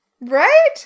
Right